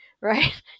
right